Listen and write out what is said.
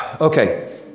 Okay